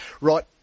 right